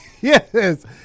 Yes